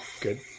good